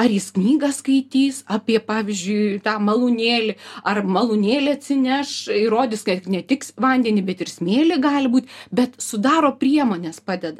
ar jis knygą skaitys apie pavyzdžiui tą malūnėlį ar malūnėlį atsineš ir rodys kad ne tiks vandenį bet ir smėlį gali būt bet sudaro priemones padeda